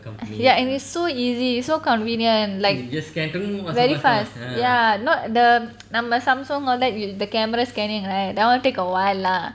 ya and it's so easy so convenient like very fast ya not the நம்ம:amma samsung all that with the camera scanning right that one take a while lah